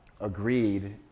agreed